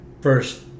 first